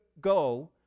go